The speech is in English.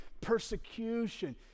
persecution